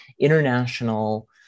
international